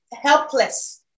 helpless